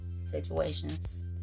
situations